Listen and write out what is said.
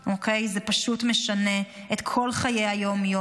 זה פשוט משנה את כל חיי היום-יום,